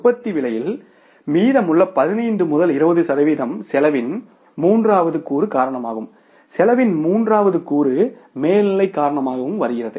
உற்பத்தியின் விலையில் மீதமுள்ள 15 முதல் 20 சதவிகிதம் செலவின் மூன்றாவது கூறு காரணமாகவும் செலவின் மூன்றாவது கூறு மேல்நிலை காரணமாகவும் வருகிறது